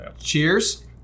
Cheers